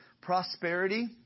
prosperity